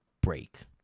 break